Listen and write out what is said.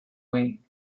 wing